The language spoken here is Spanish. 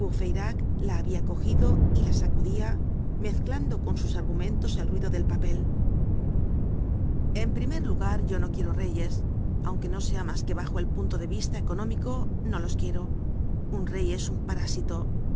la habia cogido y la sacudia mezclando con sus argumentos el ruido del papel en primer lugar yo no quiero reyes aunque no sea mas que bajo el punto de vista económico no los quiero un rey es un parásito